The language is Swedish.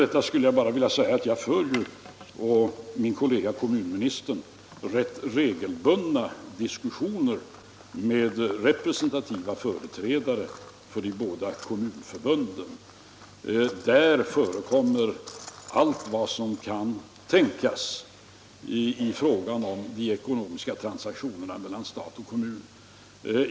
Därutöver skulle jag bara vilja säga att jag och min kollega kommunministern för rätt regelbundna diskussioner med representativa företrädare för de båda kommunförbunden. Där förekommer allt vad som kan tänkas i fråga om de ekonomiska transaktionerna mellan stat och kommun.